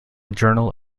journal